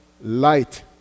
light